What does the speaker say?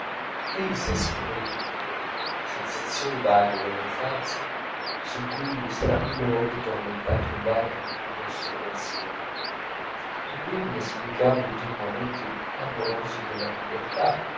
esprimere tutto sensazioni vaghe dell'infanzia su cui s'era mille volte tormentato invano il nostro pensiero i primi inesplicabili turbamenti amorosi della pubertà